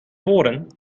horen